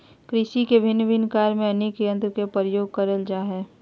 कृषि के भिन्न भिन्न कार्य में अनेक यंत्र के प्रयोग करल जा हई